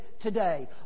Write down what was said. today